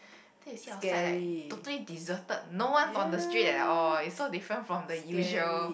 then you see outside like totally deserted no one on the street at all it so different from the usual